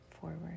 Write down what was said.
forward